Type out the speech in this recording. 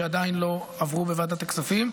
שעדיין לא עברו בוועדת הכספים.